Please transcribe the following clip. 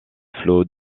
flots